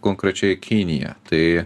konkrečiai kiniją tai